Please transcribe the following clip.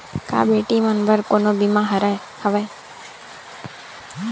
का बेटी मन बर कोनो बीमा हवय?